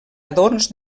adorns